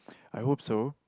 I hope so